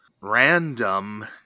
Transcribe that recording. random